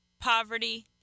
poverty